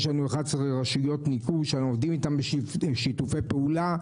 יש לנו 11 רשויות ניקוז שאנחנו עובדים איתן בשיתוף פעולה.